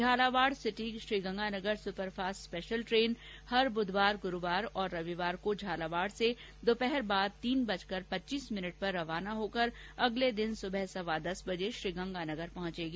Jhalawar city Sriganganagar superfast special train हर बुधवार गुरूवार और रविवार को झालावाड़ से दोपहर बाद तीन बजकर पच्चीस मिनिट पर रवाना होकर अगले दिन सुबह सवा दस बजे श्रीगंगानगर पहुंचेगी